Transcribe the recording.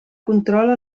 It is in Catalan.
controla